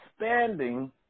expanding